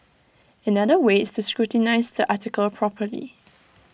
another way is to scrutinise the article properly